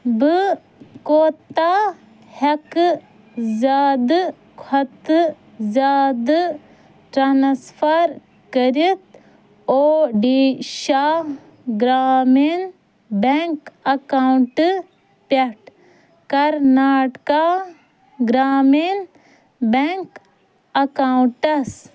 بہٕ کوتاہ ہٮ۪ککھٕ زیادٕ کھۄتہٕ زیادٕ ٹرانسفر کٔرِتھ اوڈِشاہ گرامیٖن بیٚنٛک اٮ۪کاونٹ پٮ۪ٹھ کرناٹکا گرامین بیٚنٛک اٮ۪کاوُنٛٹس